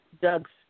Doug's